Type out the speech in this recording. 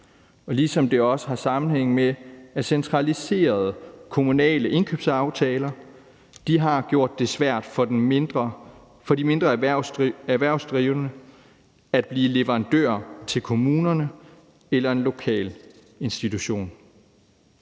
Ligeså har det også sammenhæng med, at centraliserede kommunale indkøbsaftaler har gjort det svært for de mindre erhvervsdrivende at blive leverandører til kommunerne eller en lokal institution,